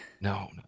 no